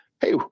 hey